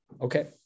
Okay